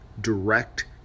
direct